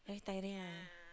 very tiring eh